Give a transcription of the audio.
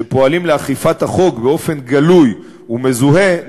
שפועלים לאכיפת החוק באופן גלוי ומזוהה,